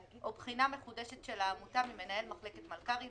-- "לבקש דיווח נוסף או בחינה מחודשת של העמותה ממנהל מחלקת המלכ"רים